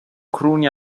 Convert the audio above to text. cruni